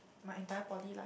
my entire poly lah